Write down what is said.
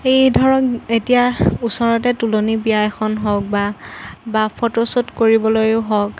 এই ধৰক এতিয়া ওচৰতে তোলনী বিয়া এখন হওক বা ফটোশ্বুট কৰিবলৈও হওক